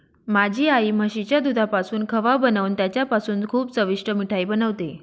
माझी आई म्हशीच्या दुधापासून खवा बनवून त्याच्यापासून खूप चविष्ट मिठाई बनवते